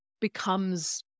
becomes